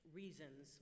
reasons